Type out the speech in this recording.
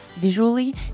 visually